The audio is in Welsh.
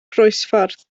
groesffordd